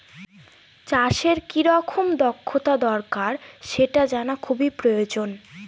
চাষের কি রকম দক্ষতা দরকার সেটা জানা খুবই প্রয়োজন